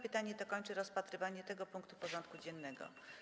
Pytanie to kończy rozpatrywanie tego punktu porządku dziennego.